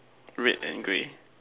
red and grey